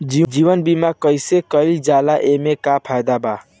जीवन बीमा कैसे कईल जाला एसे का फायदा बा?